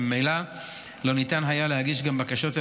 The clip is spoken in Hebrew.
וממילא לא ניתן היה להגיש גם בקשות על